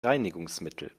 reinigungsmittel